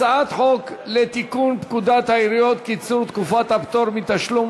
הצעת חוק לתיקון פקודת העיריות (קיצור תקופת הפטור מתשלום